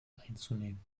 einzunehmen